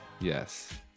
Yes